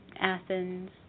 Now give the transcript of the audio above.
Athens